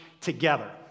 Together